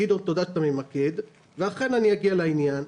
תודה שאתה ממקד ואכן אני אגיע לעניין.